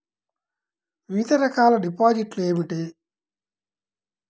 వివిధ రకాల డిపాజిట్లు ఏమిటీ?